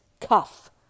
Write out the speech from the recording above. cuff